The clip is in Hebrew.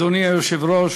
אדוני היושב-ראש,